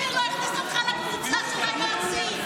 המליאה.) מה עם החטופים?